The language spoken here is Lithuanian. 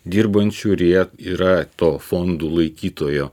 dirbančių ir jie yra to fondų laikytojo